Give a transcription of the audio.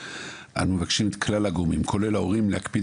אנו מבקשים את כלל הגורמים כולל ההורים להקפיד